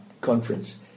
conference